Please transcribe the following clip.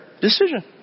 decision